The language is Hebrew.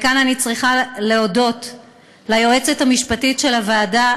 וכאן אני צריכה להודות ליועצת המשפטית של הוועדה,